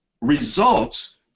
results